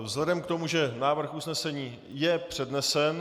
Vzhledem k tomu, že návrh usnesení je přednesen...